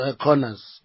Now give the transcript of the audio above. corners